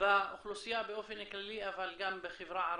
באוכלוסייה באופן כללי,